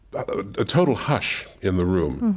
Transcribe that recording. a total hush in the room,